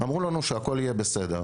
אמרו לנו שהכול יהיה בסדר,